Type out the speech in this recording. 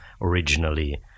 originally